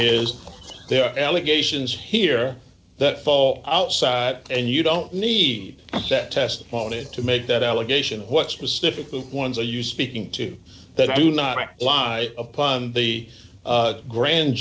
is there are allegations here that fall outside and you don't need to set testimony to make that allegation what specific ones are you speaking to that i do not lie upon the grand